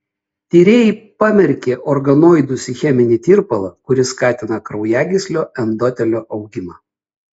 tyrėjai pamerkė organoidus į cheminį tirpalą kuris skatina kraujagyslių endotelio augimą